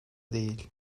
değil